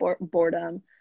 boredom